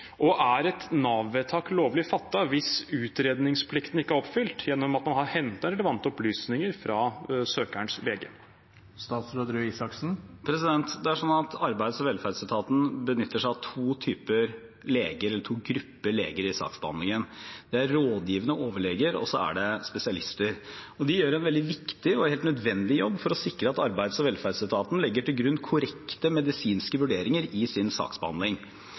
Og er et Nav-vedtak lovlig fattet hvis utredningsplikten ikke er oppfylt gjennom at man har hentet relevante opplysninger fra søkerens lege? Arbeids- og velferdsetaten benytter seg av to grupper leger i saksbehandlingen. Det er rådgivende overleger, og så er det spesialister. De gjør en veldig viktig og helt nødvendig jobb for å sikre at arbeids- og velferdsetaten legger til grunn korrekte medisinske vurderinger i sin saksbehandling.